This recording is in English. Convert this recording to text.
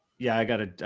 yeah, i got it,